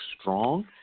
strong